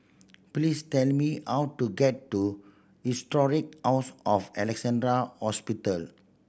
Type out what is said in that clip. please tell me how to get to Historic House of Alexandra Hospital